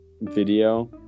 video